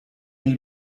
nei